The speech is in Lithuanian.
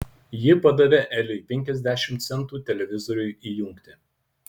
ji padavė eliui penkiasdešimt centų televizoriui įjungti